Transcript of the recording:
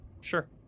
Sure